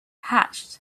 hatched